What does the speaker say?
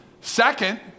Second